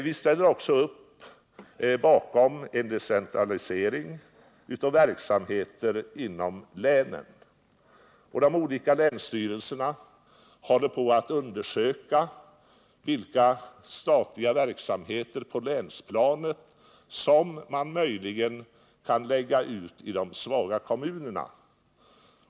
Vi sluter också upp bakom en decentralisering av verksamheter inom länen. De olika länsstyrelserna håller på att undersöka vilka statliga verksamheter på länsplanet som kan läggas ut i de svaga kommunerna.